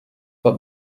but